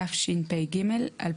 התשפ"ג 2023